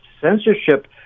censorship